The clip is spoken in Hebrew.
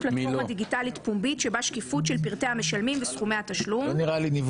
הדין הדר, לתשומת ליבך.